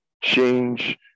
change